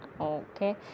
okay